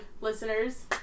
listeners